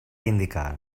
indicar